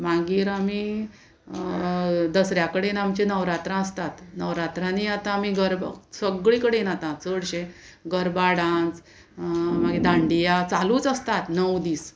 मागीर आमी दसऱ्या कडेन आमची नवरात्रां आसतात नवरात्रांनी आतां आमी गरब सगळी कडेन आतां चडशे गरबा डांस मागीर दांडिया चालूच आसतात णव दीस